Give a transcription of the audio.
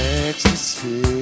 ecstasy